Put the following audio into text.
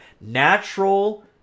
natural